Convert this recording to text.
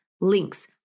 links